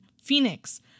Phoenix